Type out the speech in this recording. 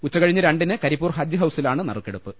ഉച്ചകഴിഞ്ഞ് രണ്ടിന് കരിപ്പൂർ ഹജ്ജ് ഹൌസിലാണ് നറുക്കെടുപ്പ്